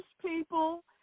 people